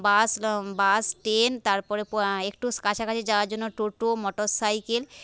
বাস bus train তারপর একটু কাছাকাছি যাওয়ার জন্য টোটো মটর সাইকেল